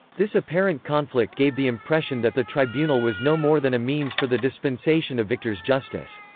this apparent conflict gave the impression that the tribunal was no more than a means for the dispensation of victor's justice.